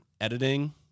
editing